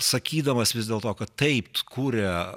sakydamas vis dėl to kad taip kuria